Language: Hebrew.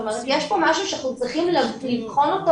יש פה משהו שאנחנו צריכים לבחון אותו